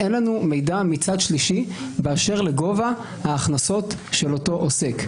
אין לנו מידע מצד שלישי באשר לגובה ההכנסות של אותו עוסק.